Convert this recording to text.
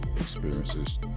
experiences